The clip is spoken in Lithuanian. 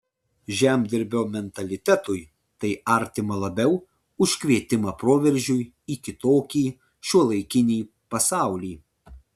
žemdirbio mentalitetui tai artima labiau už kvietimą proveržiui į kitokį šiuolaikinį pasaulį